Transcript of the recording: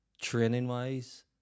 Training-wise